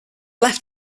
left